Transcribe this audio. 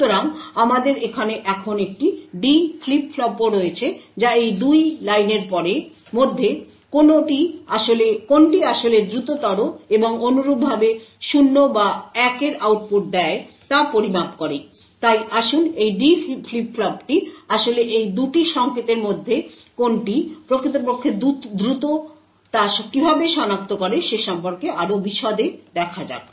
সুতরাং আমাদের এখানে এখন একটি D ফ্লিপ ফ্লপও রয়েছে যা এই 2 লাইনের মধ্যে কোনটি আসলে দ্রুততর এবং অনুরূপভাবে 0 বা 1 এর আউটপুট দেয় তা পরিমাপ করে তাই আসুন এই D ফ্লিপ ফ্লপটি আসলে এই 2 টি সংকেতের মধ্যে কোনটি প্রকৃতপক্ষে দ্রুত তা কিভাবে সনাক্ত করে সে সম্পর্কে আরও বিশদে দেখা যাক